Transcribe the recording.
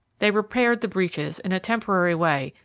they repaired the breaches, in a temporary way,